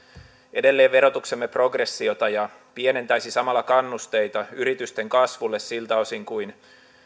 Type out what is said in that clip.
edelleen verotuksemme progressiota ja pienentäisi samalla kannusteita yritysten kasvulle siltä osin kuin